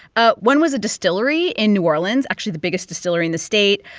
ah one was a distillery in new orleans actually, the biggest distillery in the state.